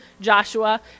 Joshua